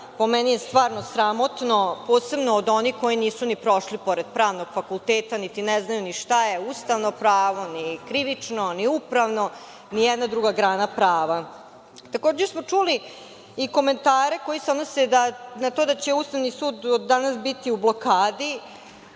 po meni je stvarno sramotno, posebno od onih koji nisu ni prošli pored Pravnog fakulteta, niti ne znaju ni šta je ustavno pravo, ni krivično, ni upravno, nijedna druga grana prava. Takođe smo čuli i komentare koji se odnose na to da će Ustavni sud od danas biti u blokadi,